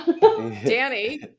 Danny